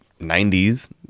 90s